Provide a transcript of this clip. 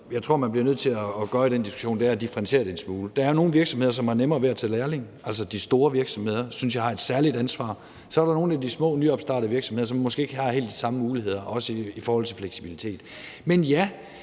jeg tror man bliver nødt til at gøre i forhold til den diskussion, er at differentiere det en smule. Der er jo nogle virksomheder, som har nemmere ved at tage lærlinge – altså, de store virksomheder synes jeg har et særligt ansvar. Så er der nogle af de små nyopstartede virksomheder, som måske ikke har helt de samme muligheder, også i forhold til fleksibilitet. Men ja,